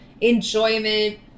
enjoyment